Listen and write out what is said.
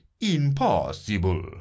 impossible